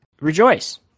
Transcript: rejoice